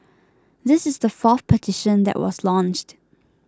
this is the fourth petition that was launched